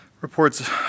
reports